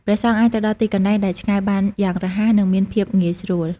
ព្រះសង្ឃអាចទៅដល់ទីកន្លែងដែលឆ្ងាយបានយ៉ាងរហ័ស និងមានភាពងាយស្រួល។